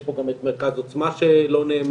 יש פה גם את מרכז עוצמה שלא נאמר,